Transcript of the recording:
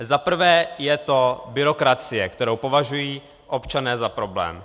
Za prvé je to byrokracie, kterou považují občané za problém.